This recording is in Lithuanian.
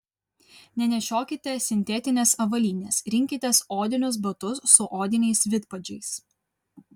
nenešiokite sintetinės avalynės rinkitės odinius batus su odiniais vidpadžiais